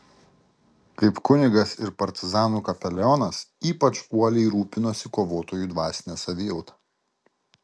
kaip kunigas ir partizanų kapelionas ypač uoliai rūpinosi kovotojų dvasine savijauta